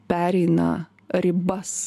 pereina ribas